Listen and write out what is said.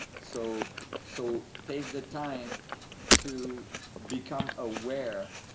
so so take the time to become aware